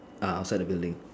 ah outside the building